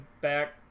back